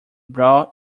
brawl